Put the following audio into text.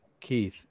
keith